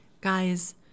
Guys